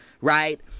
right